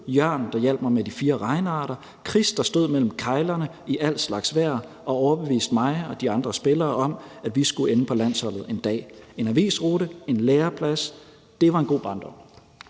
Jørn, der hjalp mig med de fire regnearter, og der var Chris, der stod mellem keglerne i al slags vejr og overbeviste mig og de andre spillere om, at vi skulle ende på landsholdet en dag. Jeg havde en avisrute og en læreplads. Det var en god barndom.